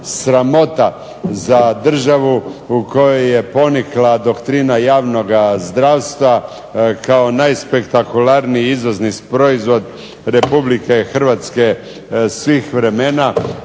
sramota za državu u kojoj je ponikla doktrina javnoga zdravstva kao najspektakularniji izvozni proizvod Republike Hrvatske svih vremena